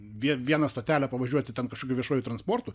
vien vieną stotelę pavažiuoti ten kažkokiu viešuoju transportu